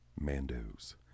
Mandos